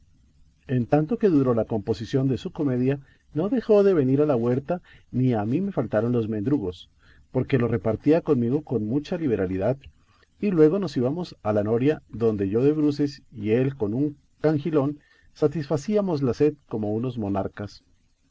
en tanto que duró la composición de su comedia no dejó de venir a la huerta ni a mí me faltaron mendrugos porque los repartía conmigo con mucha liberalidad y luego nos íbamos a la noria donde yo de bruces y él con un cangilón satisfacíamos la sed como unos monarcas